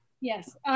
Yes